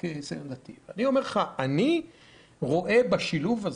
אני רואה בשילוב הזה,